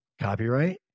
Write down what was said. copyright